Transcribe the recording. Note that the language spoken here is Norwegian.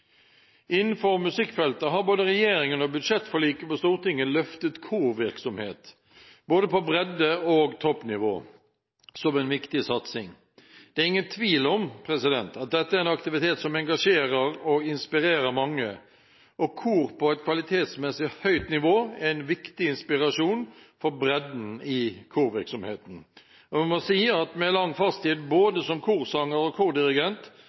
Innenfor musikkfeltet har både regjeringen og budsjettforliket på Stortinget løftet korvirksomheten, både på bredde- og toppnivå, som en viktig satsing. Det er ingen tvil om at dette er en aktivitet som engasjerer og inspirerer mange, og kor på et kvalitetsmessig høyt nivå er en viktig inspirasjon for bredden i korvirksomheten. Jeg må si at med lang fartstid både som korsanger og kordirigent faller det meg lett å skryte av dette resultatet. Litteratur er